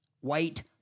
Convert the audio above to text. White